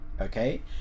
okay